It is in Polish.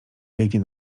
biegnie